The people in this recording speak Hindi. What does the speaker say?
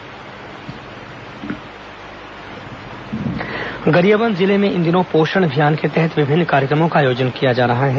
पोषण पखवाड़ा गरियाबंद गरियाबंद जिले में इन दिनों पोषण अभियान के तहत विभिन्न कार्यक्रमों का आयोजन किया जा रहा है